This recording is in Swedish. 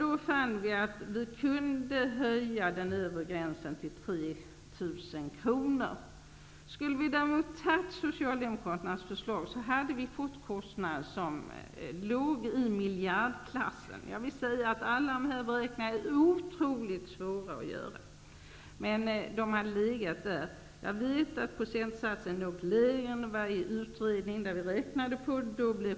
Vi fann då att vi kunde höja den övre gränsen till 3 000 kr. Skulle vi däremot ha tagit Socialdemokraternas förslag, skulle vi ha fått en kostnad i miljardklassen. Alla dessa beräkningar är oerhört svåra att göra, men kostnaderna ligger där. Jag vet att procentsatsen låg lägre än vad utredningen beräknade.